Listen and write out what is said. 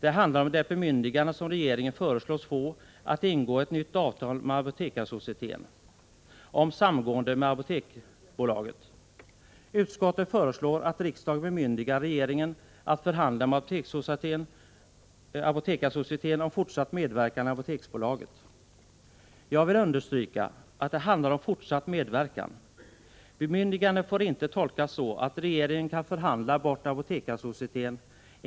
Det handlar om det bemyndigande som regeringen föreslås få att ingå ett nytt avtal med Apotekarsocieteten om samgående med Apoteksbolaget. Utskottet föreslår att riksdagen bemyndigar regeringen att förhandla med Apotekarsocieteten om fortsatt medverkan i Apoteksbolaget. Jag vill understryka att det handlar om fortsatt medverkan. Bemyndigandet får inte tolkas så att regeringen kan förhandla bort Apotekarsocieteten.